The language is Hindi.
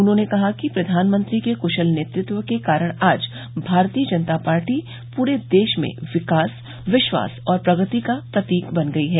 उन्होंने कहा कि प्रधानमंत्री के क्शल नेतृत्व के कारण आज भारतीय जनता पार्टी पूरे देश में विकास विश्वास और प्रगति का प्रतीक बन गई है